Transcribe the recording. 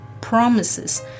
promises